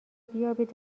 بیابید